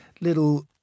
little